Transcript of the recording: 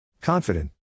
confident